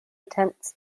attempts